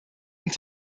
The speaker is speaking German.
und